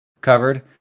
covered